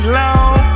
long